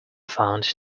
found